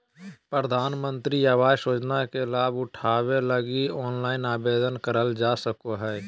प्रधानमंत्री आवास योजना के लाभ उठावे लगी ऑनलाइन आवेदन करल जा सको हय